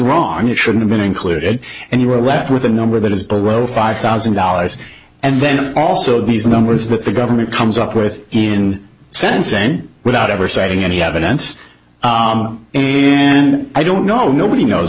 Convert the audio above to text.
wrong it should have been included and you were left with a number that is below five thousand dollars and then also these numbers that the government comes up with in sentencing without ever saying any evidence and i don't know nobody knows